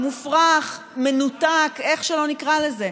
מופרך, מנותק, איך שלא נקרא לזה.